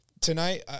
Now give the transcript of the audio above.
tonight –